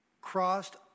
crossed